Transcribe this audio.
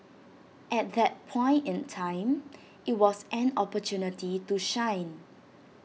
at that point in time IT was an opportunity to shine